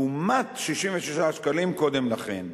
לעומת 66 שקלים קודם לכן,